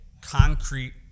concrete